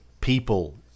people